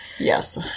Yes